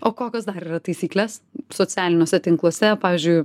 o kokios dar yra taisyklės socialiniuose tinkluose pavyzdžiui